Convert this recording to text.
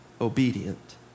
obedient